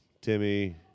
Timmy